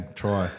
try